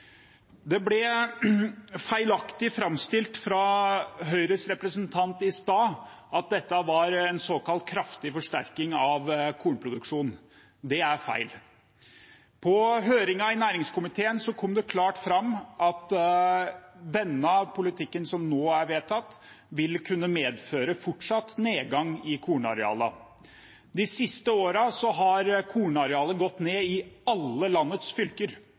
Det ble feilaktig framstilt av Høyres representant i stad at det var en kraftig forsterking av kornproduksjonen. Det er feil. Under høringen i næringskomiteen kom det klart fram at den politikken som nå er vedtatt, vil kunne medføre en fortsatt nedgang i kornarealene. De siste årene har kornarealet gått ned i alle landets fylker.